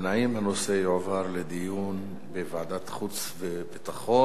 הנושא יועבר לדיון בוועדת חוץ וביטחון.